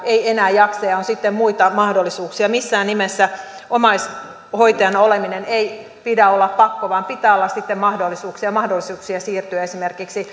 ei enää jaksa ja on sitten muita mahdollisuuksia missään nimessä omaishoitajana olemisen ei pidä olla pakko vaan pitää olla sitten mahdollisuuksia mahdollisuuksia siirtyä esimerkiksi